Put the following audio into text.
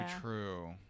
true